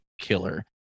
killer